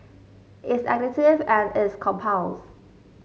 it's additive and it's compounds